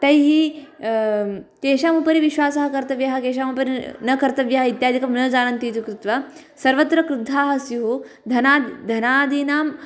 तैः केषामुपरि विश्वासः कर्त्तव्यः केषामुपरि न कर्त्तव्यः इत्यादिकं न जानन्तीति कृत्वा सर्वत्र क्रुद्धाः स्युः धन धनादीनाम्